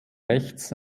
rechts